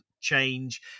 change